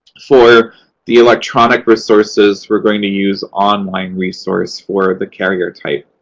for the electronic resources, we're going to use online resource for the carrier type.